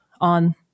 on